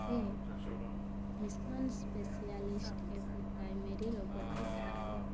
ସିଏ mission specialist ଏବଂ primary robotic arm